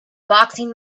boxing